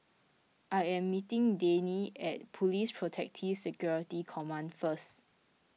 I am meeting Dayne at Police Protective Security Command first